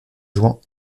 jouant